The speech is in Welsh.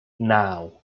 naw